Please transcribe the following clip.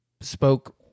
spoke